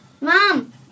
Mom